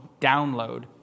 download